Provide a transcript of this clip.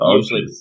usually